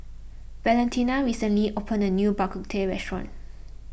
Valentina recently opened a new Bak Kut Teh restaurant